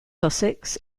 sussex